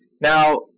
Now